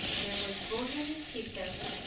there was bouillon in teacups,